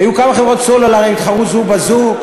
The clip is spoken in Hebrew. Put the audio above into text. היו כמה חברות סלולר, התחרו זו בזו.